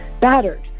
battered